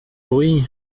bruit